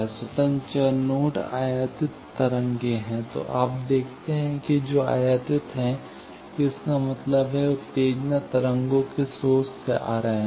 स्वतंत्र चर नोड आयातित तरंगें हैं तो आप देखते हैं कि जो आयातित है कि इसका मतलब है उत्तेजना तरंगों के स्रोत से आ रहे हैं